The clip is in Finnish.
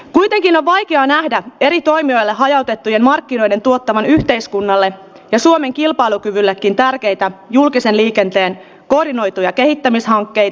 kuitenkin vaikea nähdä eri toimiala hajautettujen markkinoiden tuottaman yhteiskunnalle ja suomen kilpailukyvyllekin tärkeitä julkisen liikenteen kohina ja kehittämishankkeet